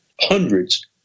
hundreds